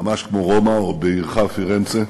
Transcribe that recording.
ממש כמו ברומא או בעירך פירנצה,